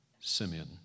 Simeon